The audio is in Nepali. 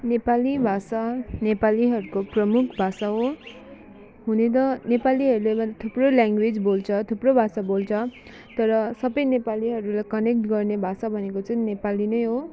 नेपाली भाषा नेपालीहरूको प्रमुख भाषा हो हुन त नेपालीहरूले मात्रै थुप्रो ल्याङ्वेज बोल्छ थुप्रो भाषा बोल्छ तर सबै नेपालीहरूलाई कनेक्ट गर्ने भाषा भनेको चाहिँ नेपाली नै हो